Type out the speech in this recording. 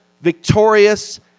victorious